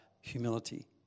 humility